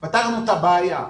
פתרנו את הבעיה.